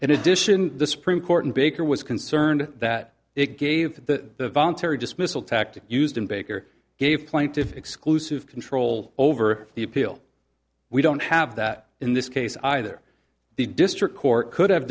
in addition the supreme court in baker was concerned that it gave the voluntary dismissal tactic used in baker gave plaintiffs exclusive control over the appeal we don't have that in this case either the district court could have